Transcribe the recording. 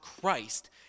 Christ